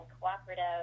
cooperative